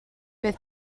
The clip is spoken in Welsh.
bydd